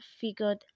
figured